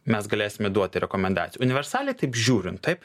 mes galėsime duoti rekomendacijų universaliai taip žiūrint taip